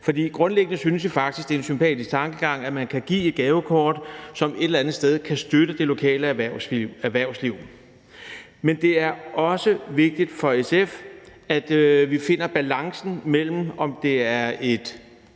For grundlæggende synes vi faktisk, at det er en sympatisk tankegang, at man kan give et gavekort, som et eller andet sted kan støtte det lokale erhvervsliv. Men det er også vigtigt for SF, at vi finder balancen, altså om det er et